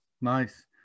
Nice